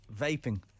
vaping